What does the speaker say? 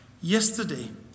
Yesterday